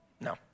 No